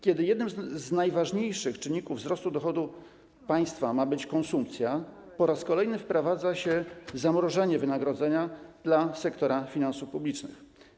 Kiedy jednym z najważniejszych czynników wzrostu dochodów państwa ma być konsumpcja, po raz kolejny wprowadza się zamrożenie wynagrodzeń w sektorze finansów publicznych.